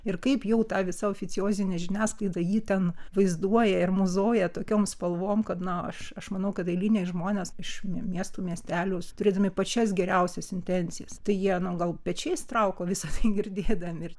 ir kaip jau ta visa oficiozinė žiniasklaida jį ten vaizduoja ir mozoja tokiom spalvom kad na aš manau kad eiliniai žmonės iš miestų miestelių turėdami pačias geriausias intencijas tai jie nu gal pečiais trauko visa tai girdėdami